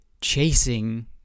chasing